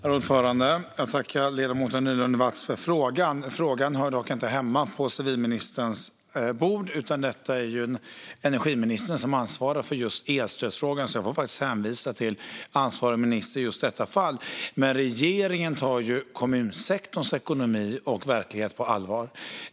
Herr talman! Jag tackar ledamoten Nylund Watz för frågan. Frågan hör dock inte hemma på civilministerns bord, utan det är energiministern som ansvarar för just elstödsfrågan. Jag får faktiskt hänvisa till ansvarig minister i just detta fall. Regeringen tar kommunsektorns ekonomi och verklighet på allvar.